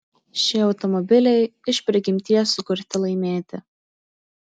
šie automobiliai iš prigimties sukurti laimėti